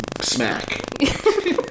smack